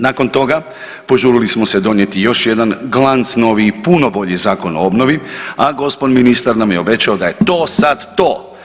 Nakon toga požurili smo se donijeti još jedan glac novi i puno bolji Zakon o obnovi, a gospon ministar nam je obećao da je to sad to.